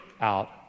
out